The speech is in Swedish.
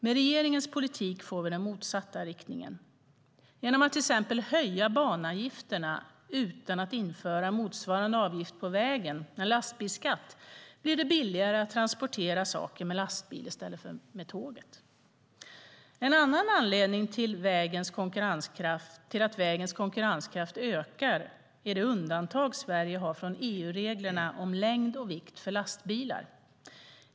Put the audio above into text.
Med regeringens politik får vi den motsatta riktningen. Genom att till exempel höja banavgifterna utan att införa motsvarande avgift på vägen, en lastbilsskatt, blir det billigare att transportera saker med lastbil i stället för med tåg. En annan anledning till att vägens konkurrenskraft ökar är det undantag Sverige har från EU-reglerna om längd och vikt för lastbilar.